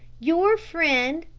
your friend